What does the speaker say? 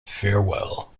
farewell